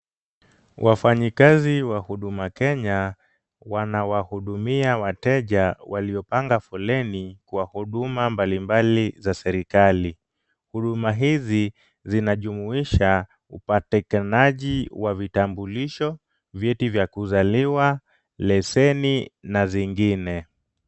Wafanyikazi wa huduma Kenya, wanawahudumia wateja waliopanga foleni kwa huduma mbalimbali za serikali. Huduma hizi zinajumuisha upatikanaji wa vitambulisho, vyeti vya kuzaliwa, leseni na zingine.